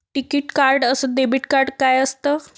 टिकीत कार्ड अस debit card काय असत?